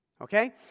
okay